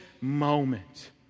moment